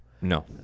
No